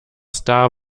star